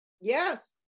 Yes